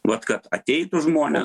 vat kad ateitų žmonės